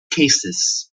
cases